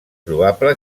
probable